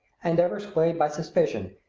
and, ever swayed by suspicion,